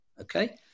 Okay